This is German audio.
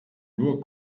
nur